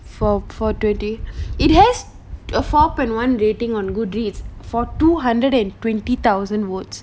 four four twenty it has a four point one rating on good reads for two hundred and twenty thousand votes